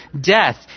death